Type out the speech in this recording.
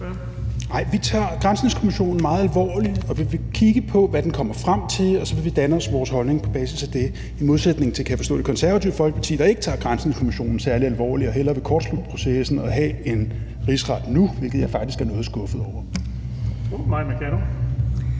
vi tager granskningskommissionen meget alvorligt. Vi vil kigge på, hvad den kommer frem til, og så vil vi danne os vores holdning på basis af det, og det er, kan jeg forstå, i modsætning til Det Konservative Folkeparti, der ikke tager granskningskommissionen særlig alvorligt og hellere vil kortslutte processen og have en rigsret nu, hvilket jeg faktisk er noget skuffet over.